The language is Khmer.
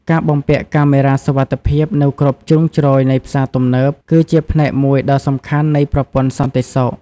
ការបំពាក់កាមេរ៉ាសុវត្ថិភាពនៅគ្រប់ជ្រុងជ្រោយនៃផ្សារទំនើប គឺជាផ្នែកមួយដ៏សំខាន់នៃប្រព័ន្ធសន្តិសុខ។